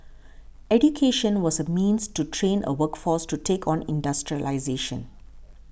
education was a means to train a workforce to take on industrialisation